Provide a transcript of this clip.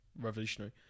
revolutionary